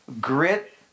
grit